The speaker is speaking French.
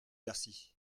bercy